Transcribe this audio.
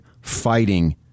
fighting